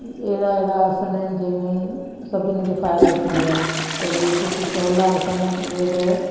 अहिड़ा अहिड़ा आसन आहिनि जंहिं में सभिनी खे फ़ाइदो थींदो आहे त इहे जेके सहुला आसन आहिनि उहो त